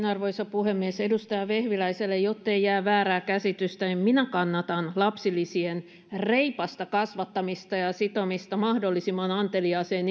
arvoisa puhemies edustaja vehviläiselle jottei jää väärää käsitystä niin minä kannatan lapsilisien reipasta kasvattamista ja sitomista mahdollisimman anteliaaseen